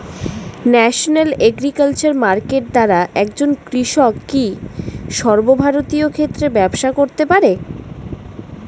National agriculture market দ্বারা একজন কৃষক কি সর্বভারতীয় ক্ষেত্রে ব্যবসা করতে পারে?